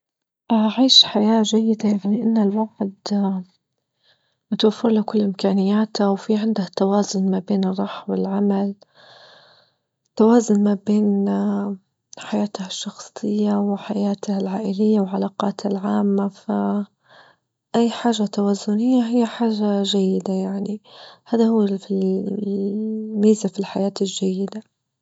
أعيش حياة جيدة يعني أن الواحد اه متوفر له كل الإمكانيات وفي عنده توازن ما بين الروح والعمل توازن ما بين اه حياته الشخصية وحياته العائلية وعلاقاته العامة فأي حاجة توازنية هي حاجة جيدة يعني، هذا هو الميزة في الحياة الجيدة.